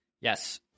Yes